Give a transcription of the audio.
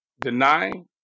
denying